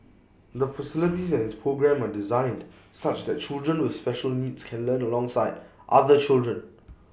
the facility and its programme are designed such that children with special needs can learn alongside other children